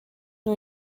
new